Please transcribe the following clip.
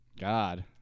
God